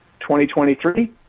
2023